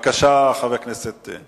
חבר הכנסת בן-ארי, בבקשה.